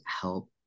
help